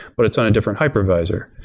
but it's on a different hypervisor.